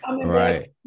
Right